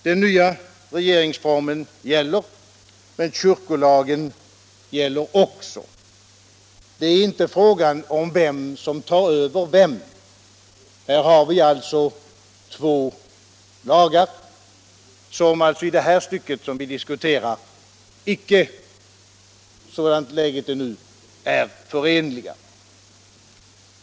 Den nya regeringsformen gäller, men kyrkolagen gäller också. Det är således inte fråga om vem som tar över vem. Här har vi två lagar som i det stycke som vi nu diskuterar icke — sådant läget är nu —- är förenliga.